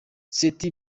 seth